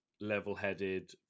level-headed